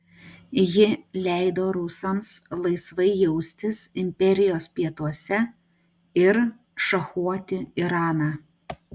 ji leido rusams laisvai jaustis imperijos pietuose ir šachuoti iraną